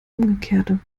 umgekehrte